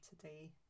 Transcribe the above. today